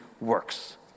works